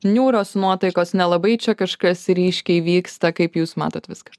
niūrios nuotaikos nelabai čia kažkas ryškiai vyksta kaip jūs matot viską